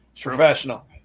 Professional